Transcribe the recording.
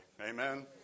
Amen